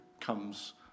comes